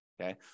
okay